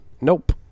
nope